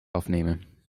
afnemen